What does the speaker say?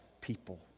people